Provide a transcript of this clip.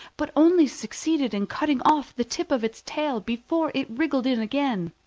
but only succeeded in cutting off the tip of its tail before it wriggled in again.